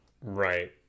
right